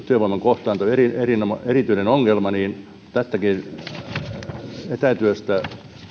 työvoiman kohtaanto on nyt erityinen ongelma niin tästä etätyöstäkin